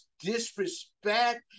disrespect